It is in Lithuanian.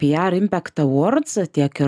pr impact awards tiek ir